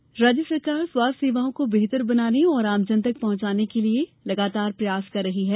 मोहल्ला क्लीनिक प्रदेष सरकार स्वास्थ्य सेवाओं को बेहतर बनाने और आमजन तक पहुंचाने के लिए लगातार प्रयास कर रही है